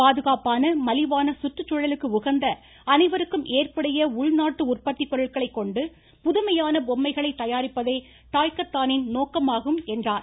பாதுகாப்பான மலிவான சுற்றுச்சூழலுக்கு உகந்த அனைவருக்கும் ஏற்புடைய உள்நாட்டு உற்பத்தி பொருட்களைக் கொண்டு புதுமையான பொம்மைகளை தயாரிப்பதே டாய்க்கத்தானின் நோக்கமாகம் என்றார்